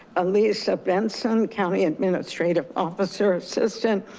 elisa benson, county administrative officer assistant,